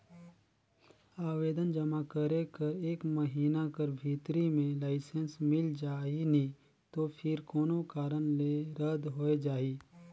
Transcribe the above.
आवेदन जमा करे कर एक महिना कर भीतरी में लाइसेंस मिल जाही नी तो फेर कोनो कारन ले रद होए जाही